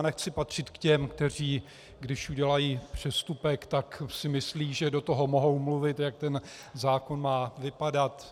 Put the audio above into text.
Nechci patřit k těm, kteří když udělají přestupek, tak si myslí, že do toho mohou mluvit, jak ten zákon má vypadat.